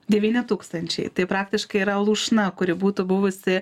devyni tūkstančiai tai praktiškai yra lūšna kuri būtų buvusi